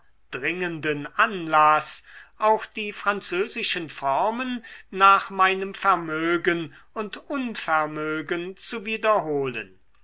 dringenden anlaß auch die französischen formen nach meinem vermögen und unvermögen zu wiederholen